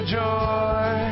joy